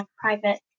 private